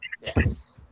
Yes